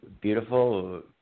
Beautiful